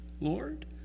Lord